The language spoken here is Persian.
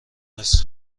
مونس